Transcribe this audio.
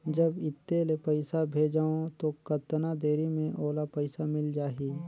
जब इत्ते ले पइसा भेजवं तो कतना देरी मे ओला पइसा मिल जाही?